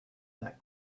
that